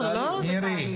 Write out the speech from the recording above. חבר הכנסת סעדי,